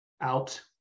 out